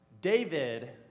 David